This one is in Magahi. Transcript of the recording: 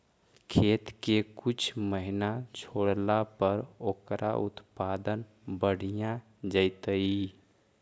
खेत के कुछ महिना छोड़ला पर ओकर उत्पादन बढ़िया जैतइ?